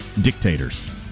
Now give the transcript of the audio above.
dictators